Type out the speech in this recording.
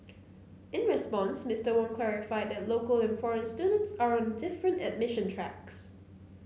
in response Mister Wong clarified that local and foreign students are on different admission tracks